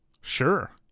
Sure